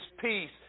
peace